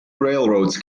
railroads